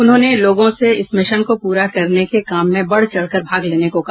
उन्होंने लोगों से इस मिशन को पूरा करने के काम में बढ़ चढ़ कर भाग लेने को कहा